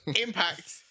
Impact